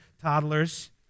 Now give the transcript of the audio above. toddlers